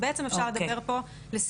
בעצם אפשר לדבר פה לסיכום,